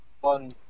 one